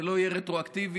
זה לא יהיה רטרואקטיבי.